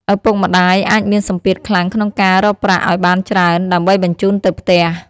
ឪពុកម្ដាយអាចមានសម្ពាធខ្លាំងក្នុងការរកប្រាក់ឱ្យបានច្រើន ដើម្បីបញ្ជូនទៅផ្ទះ។